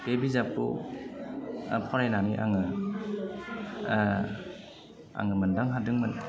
बे बिजाबखौ फरायनानै आङो आङो मोन्दां हादोंमोन